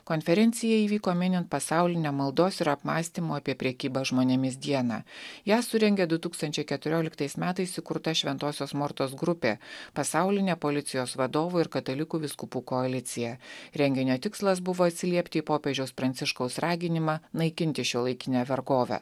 konferencija įvyko minint pasaulinę maldos ir apmąstymų apie prekybą žmonėmis dieną ją surengė du tūkstančiai keturioliktais metais įkurta šventosios mortos grupė pasaulinė policijos vadovų ir katalikų vyskupų koalicija renginio tikslas buvo atsiliepti į popiežiaus pranciškaus raginimą naikinti šiuolaikinę vergovę